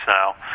now